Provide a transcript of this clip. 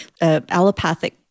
allopathic